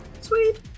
Sweet